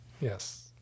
Yes